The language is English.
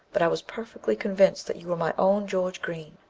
but i was perfectly convinced that you were my own george green.